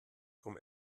drum